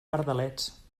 pardalets